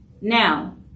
Now